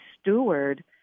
steward